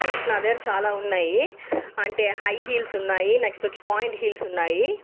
heels నా దగ్గర చాలా ఉన్నాయి అంటే హై హీల్స్ ఉన్నాయి నెక్స్ట్ వచ్చి పాయింట్ హీల్స్ ఉన్నాయి